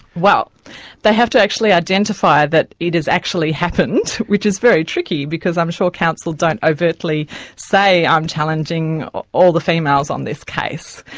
well they have to actually identify that it has actually happened, which is very tricky, because i'm sure counsel don't overtly say i'm challenging all the females on this case,